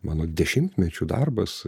mano dešimtmečių darbas